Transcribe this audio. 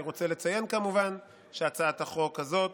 אני רוצה לציין כמובן שהצעת החוק הזאת,